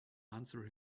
answer